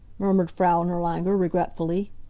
murmured frau nirlanger, regretfully.